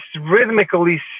rhythmically